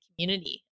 community